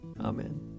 Amen